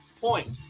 point